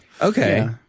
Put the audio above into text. Okay